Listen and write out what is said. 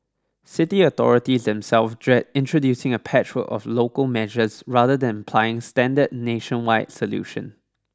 city authorities themselves dread introducing a patchwork of local measures rather than applying a standard nationwide solution